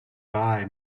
buy